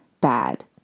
bad